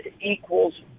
equals